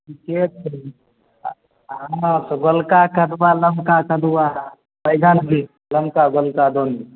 ठीके छै गोलका कदुआ लमका कदुआ बैंगन भी लमका गोलका दोनो